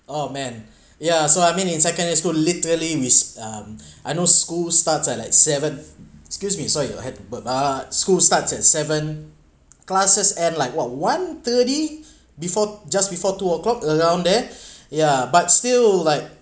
oh man yeah so I mean in secondary school literally wis~ um I know school starts at like seven excuse me sorry I had to burp but uh school starts at seven classes end like what one thirty before just before two o'clock around there yeah but still like